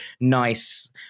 nice